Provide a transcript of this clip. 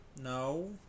No